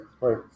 right